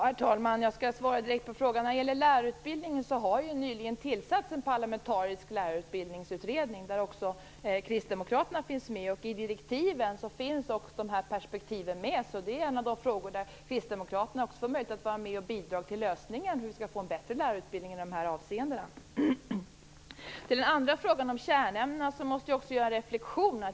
Herr talman! Jag skall svara direkt på frågorna. När det gäller lärarutbildningen har det nyligen tillsatts en parlamentarisk lärarutbildningsutredning där också kristdemokraterna finns med. I direktiven finns också de här perspektiven med. Det är en av de frågor där kristdemokraterna också får möjlighet att vara med och bidra till lösningen på problemet med att få en bättre lärarutbildning i de här avseendena. När det gäller den andra frågan om kärnämnena måste jag göra en reflexion.